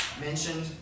mentioned